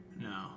No